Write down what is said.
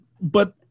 But-